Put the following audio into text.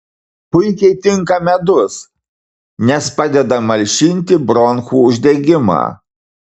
puikiai tinka medus nes padeda malšinti bronchų uždegimą